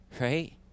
right